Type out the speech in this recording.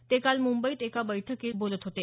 ते काल मुंबईत एका बैठकीत बोलत होते